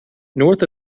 north